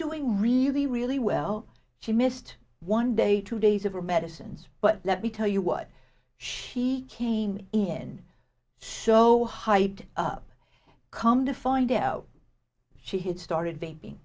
doing really really well she missed one day two days of her medicines but let me tell you what she king in so hyped up come to find out she had started